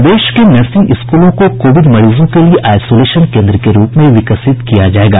प्रदेश के नर्सिंग स्कूलों को कोविड मरीजों के लिये आईसोलेशन केंद्र के रूप में विकसित किया जायेगा